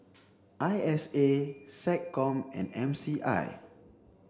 I S A SecCom and M C I